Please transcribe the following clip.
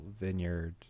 Vineyard